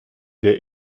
der